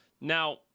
now